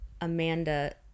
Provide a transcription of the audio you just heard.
Amanda